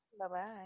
Bye-bye